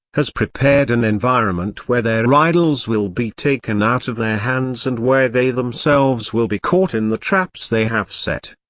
has prepared an environment where their idols will be taken out of their hands and where they themselves will be caught in the traps they have set.